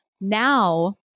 Now